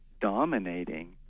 dominating